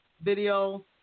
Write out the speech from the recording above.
video